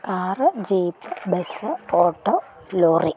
car jeep bus auto lorry